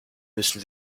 müssen